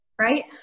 right